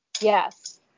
Yes